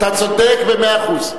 אתה צודק במאה אחוז.